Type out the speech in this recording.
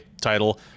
title